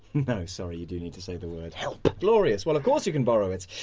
no, sorry, you do need to say the word. help. glorious. well of course you can borrow it.